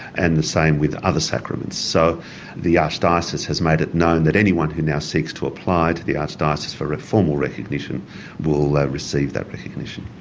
and the same with other sacraments. so the archdiocese has made it known that anyone who now seeks to apply to the archdiocese for ah formal recognition will receive that recognition.